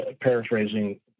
paraphrasing